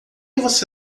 você